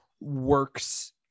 works